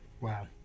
Wow